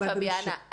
פביאנה,